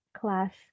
class